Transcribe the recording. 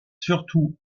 surtout